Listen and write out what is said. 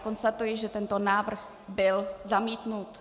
Konstatuji, že tento návrh byl zamítnut.